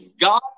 God